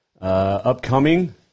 Upcoming